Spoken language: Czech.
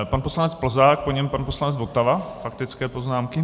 Pan poslanec Plzák, po něm pan poslanec Votava, faktické poznámky.